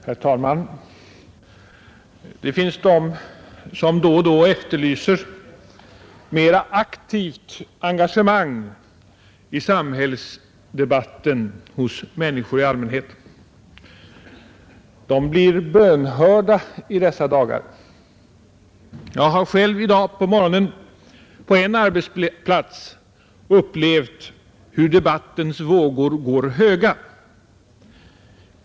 Herr talman! Det finns de som då och då efterlyser mera aktivt engagemang i samhällsdebatten hos människor i allmänhet. De blir bönhörda i dessa dagar. Jag har själv i dag på morgonen på en arbetsplats upplevt hur debattens vågor går höga.